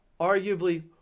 arguably